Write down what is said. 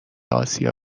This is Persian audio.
آسیا